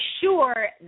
sure